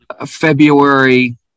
February